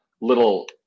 little